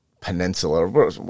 peninsula